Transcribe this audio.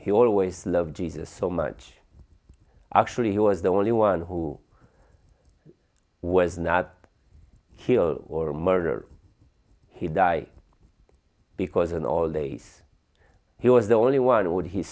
he always loved jesus so much actually he was the only one who was not kill or murder he die because in all days he was the only one what he